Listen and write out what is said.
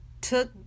took